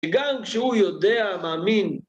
וגם כשהוא יודע, מאמין.